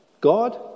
God